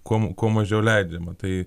kuom kuo mažiau leidžiama tai